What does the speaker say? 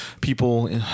people